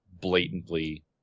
blatantly